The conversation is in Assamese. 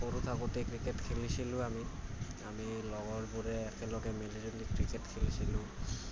সৰু থাকোঁতে ক্ৰিকেট খেলিছিলোঁ আমি আমি লগৰবোৰে একেলগে মিলি জুলি ক্ৰিকেট খেলিছিলোঁ